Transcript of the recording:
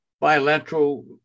bilateral